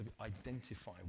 identify